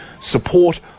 support